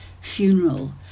funeral